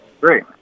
Great